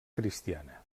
cristiana